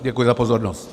Děkuji za pozornost.